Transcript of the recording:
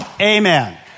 Amen